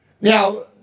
Now